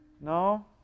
No